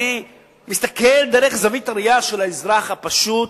אני מסתכל דרך זווית הראייה של האזרח הפשוט,